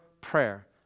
prayer